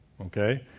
okay